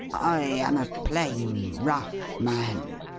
i am a plain, rough man,